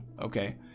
okay